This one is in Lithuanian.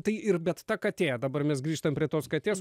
tai ir bet ta katė dabar mes grįžtam prie tos katės